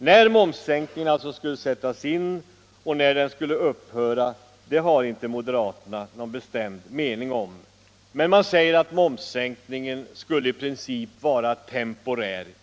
När momssänkningen skulle sättas in och när den skulle upphöra har inte moderaterna någon bestämd mening om, men de säger att momssänkningen i princip skulle vara temporär.